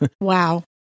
wow